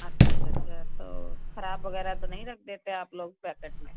अच्छा अच्छा तो ख़राब वग़ैरह तो नहीं रख देते आप लोग पैकेट में